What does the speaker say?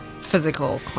physical